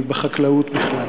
בחקלאות בכלל.